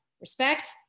respect